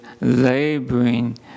laboring